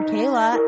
Kayla